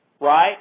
right